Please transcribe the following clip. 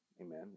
amen